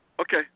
Okay